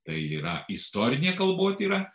tai yra istorinė kalbotyra